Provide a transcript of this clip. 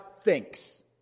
thinks